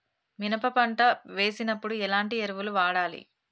మినప పంట వేసినప్పుడు ఎలాంటి ఎరువులు వాడాలి?